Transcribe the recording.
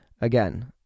again